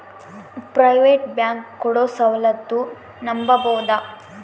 Private bank ಕೊಡೊ ಸೌಲತ್ತು ನಂಬಬೋದ?